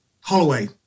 Holloway